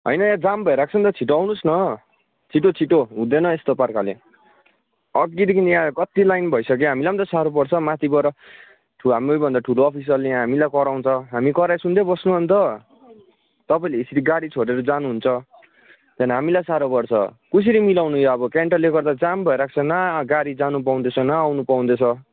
होइन यहाँ जाम भइरहेको छ नि त छिट्टो आउनुहोस् न छिट्टो छिट्टो हुँदैन यस्तो प्रकारले अघिदेखि यहाँ कति लाइन भइसक्यो हामीलाई पनि त साह्रो पर्छ माथिबाट ठू हाम्रो भन्दा ठुलो अफिसरले यहाँ हामीलाई कराउँछ हामी कराइ सुन्दै बस्नु अन्त तपाईँहरूले एसरी गाडी छोरेर जानुहुन्छ त्यहाँदेखि हामीलाई साह्रो पर्छ कसरी मिलाउनु यो अब क्यान्टरले गर्दा जाम भइरहेको न गाडी जानु पाउँदैछ न आउनु पाउँदैछ